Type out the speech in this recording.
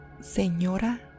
Señora